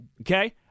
okay